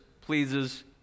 pleases